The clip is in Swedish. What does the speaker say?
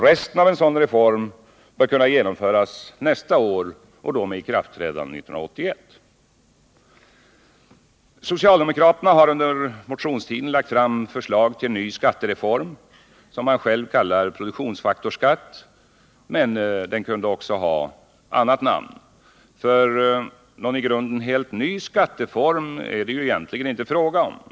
Resten av en sådan reform bör kunna genomföras nästa år med ikraftträdande 1981. Socialdemokraterna har under motionstiden lagt fram förslag till en ny skatteform, som man själv kallar produktionsfaktorsskatt men som också kunde ha annat namn. Någon i grunden helt ny skatteform är det nämligen inte fråga om.